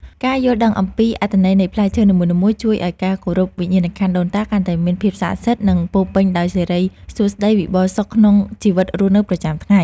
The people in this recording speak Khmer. ការយល់ដឹងអំពីអត្ថន័យនៃផ្លែឈើនីមួយៗជួយឱ្យការគោរពវិញ្ញាណក្ខន្ធដូនតាកាន់តែមានភាពស័ក្តិសិទ្ធិ និង ពោរពេញដោយសិរីសួស្តីវិបុលសុខក្នុងជីវិតរស់នៅប្រចាំថ្ងៃ។